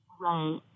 right